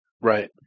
Right